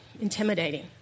intimidating